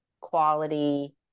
quality